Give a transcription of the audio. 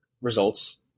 results